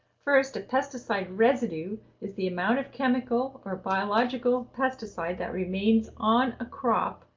first, a pesticide residue is the amount of chemical or biological pesticide that remains on a crop,